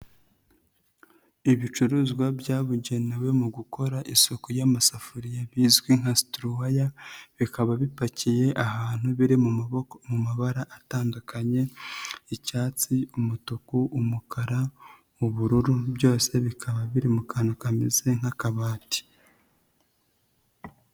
Ibicuruzwa byabugenewe mu gukora isuku y'amasafuriya bizwi nka situruwaya, bikaba bipakiye ahantu biri mu mabara atandukanye: icyatsi, umutuku, umukara, ubururu byose bikaba biri mu kantu kameze nk'akabati.